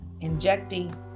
injecting